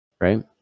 right